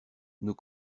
nous